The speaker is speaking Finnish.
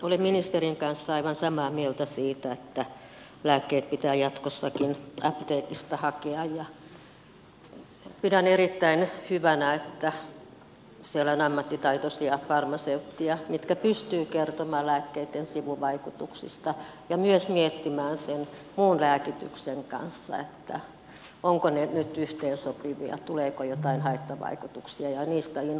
olen ministerin kanssa aivan samaa mieltä siitä että lääkkeet pitää jatkossakin apteekista hakea ja pidän erittäin hyvänä että siellä on ammattitaitoisia farmaseutteja jotka pystyvät kertomaan lääkkeitten sivuvaikutuksista ja myös miettimään ovatko ne sen muun lääkityksen kanssa yhteensopivia tuleeko joitain haittavaikutuksia ja niistä informoimaan